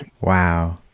Wow